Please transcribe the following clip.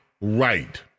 right